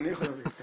אני יכול להגיד.